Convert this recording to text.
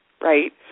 right